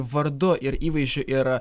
vardu ir įvaizdžiu ir